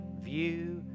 view